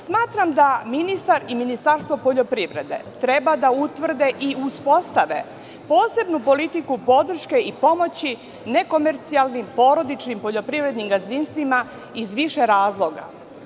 Smatram da ministar i Ministarstvo poljoprivrede treba da utvrde i uspostave posebnu politiku podrške i pomoći nekomercijalnim porodičnim poljoprivrednim gazdinstvima iz više razloga.